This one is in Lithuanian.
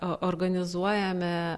o organizuojame